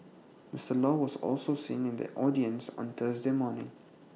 Mister law was also seen in the audience on Thursday morning